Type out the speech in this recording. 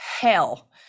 hell